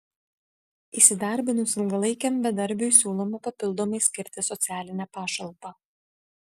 įsidarbinus ilgalaikiam bedarbiui siūloma papildomai skirti socialinę pašalpą